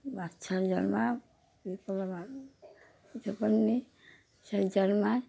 বাচ্চার জন্ম বিকলাঙ্গ সেই জন্মায়